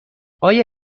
آیا